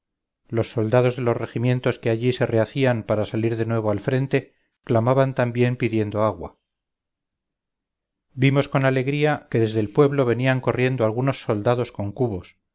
los soldados de los regimientos que allí se rehacían para salir de nuevo al frente clamaban también pidiendo agua vimos con alegría que desde el pueblo venían corriendo algunos soldados con cubos